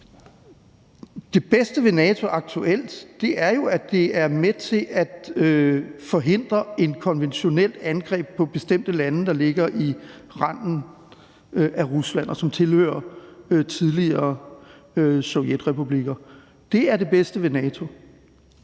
Det bedste ved NATO aktuelt er jo, at det er med til at forhindre et konventionelt angreb på bestemte lande, der ligger i randen af Rusland, og som tilhører tidligere sovjetrepublikker. Det er det bedste ved NATO.